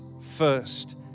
first